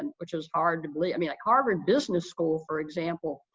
and which is hard to believe, i mean like harvard business school, for example,